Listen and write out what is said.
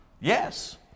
Yes